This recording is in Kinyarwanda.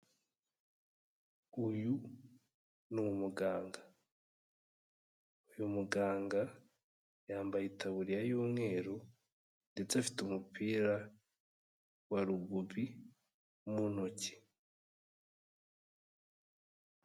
Uyu ni umuganga. Uyu muganga yambaye itaburiya y'umweru ndetse afite umupira wa Rugubi mu ntoki.